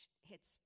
hits